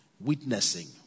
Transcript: witnessing